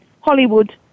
Hollywood